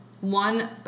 One